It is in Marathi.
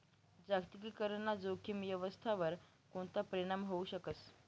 जागतिकीकरण ना जोखीम व्यवस्थावर कोणता परीणाम व्हवू शकस